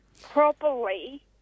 properly